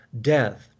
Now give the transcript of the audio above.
death